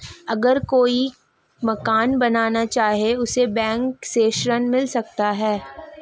अगर कोई मकान बनाना चाहे तो उसे बैंक से ऋण मिल सकता है?